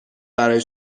برای